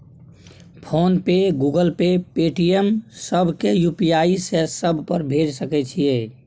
Phone पे, Google pay, Paytm, सब के UPI से सब पर भेज सके छीयै?